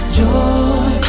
joy